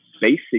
basic